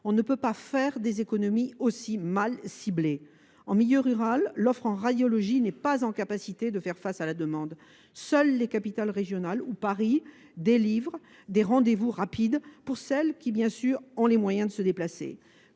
On ne peut pas faire des économies aussi mal ciblées. En milieu rural, l’offre en radiologie n’est pas en mesure de faire face à la demande. Seules les capitales régionales ou Paris délivrent des rendez vous rapides pour celles qui, bien sûr, ont les moyens de se déplacer.